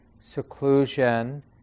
seclusion